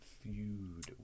feud